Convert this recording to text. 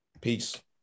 Peace